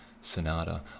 Sonata